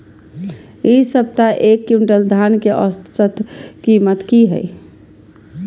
इ सप्ताह एक क्विंटल धान के औसत कीमत की हय?